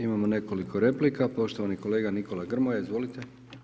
Imamo nekoliko replika, poštovani kolega Nikola Grmoja, izvolite.